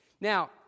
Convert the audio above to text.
Now